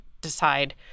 decide